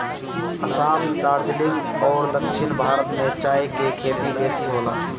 असाम, दार्जलिंग अउरी दक्षिण भारत में चाय के खेती बेसी होला